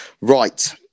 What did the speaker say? Right